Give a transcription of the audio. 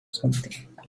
something